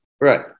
Right